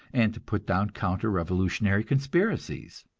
and to put down counter-revolutionary conspiracies.